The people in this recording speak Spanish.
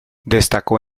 destacó